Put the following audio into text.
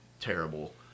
terrible